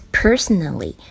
personally